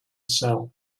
sell